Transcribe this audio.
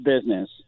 business